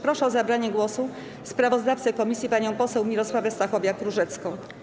Proszę o zabranie głosu sprawozdawcę komisji panią poseł Mirosławę Stachowiak-Różecką.